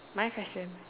my question